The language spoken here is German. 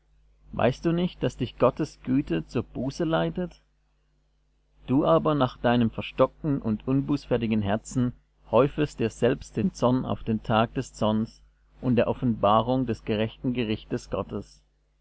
weißt du nicht daß dich gottes güte zur buße leitet du aber nach deinem verstockten und unbußfertigen herzen häufest dir selbst den zorn auf den tag des zornes und der offenbarung des gerechten gerichtes gottes